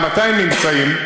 ממתי הם נמצאים?